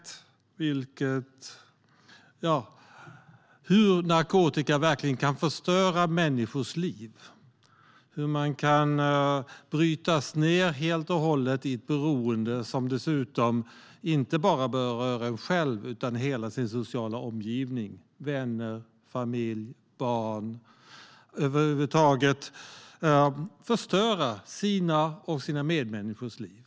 Jag har sett hur narkotika kan förstöra människors liv, hur man kan brytas ned helt och hållet av ett beroende som dessutom inte bara berör en själv utan hela den sociala omgivningen - vänner, familj och barn. Man kan förstöra sitt och sina medmänniskors liv.